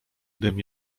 gdym